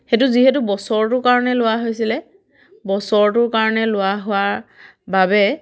সেইটো যিহেতু বছৰটোৰ কাৰণে লোৱা হৈছিলে বছৰটোৰ কাৰণে লোৱা হোৱাৰ বাবে